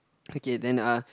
okay then uh